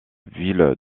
ville